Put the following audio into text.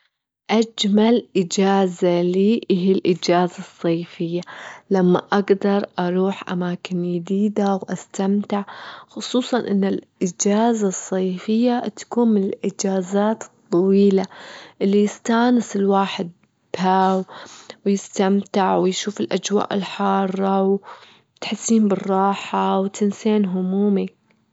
أجمل إجازة لي هي الإجازة الصيفية، لما أجدر أروح أماكن يديدة واستمتع، خصوصًا إن الإجازة الصيفية تكون من الإجازات الطويلة، اللي يستانس الواحد بها ويستمتع ويشوف الأجواء الحارة، وتحسين بالراحة، وتنسين همومك.